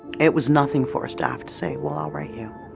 it was nothing for a staff to say, well, i'll write you,